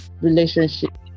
relationship